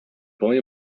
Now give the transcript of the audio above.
boy